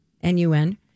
N-U-N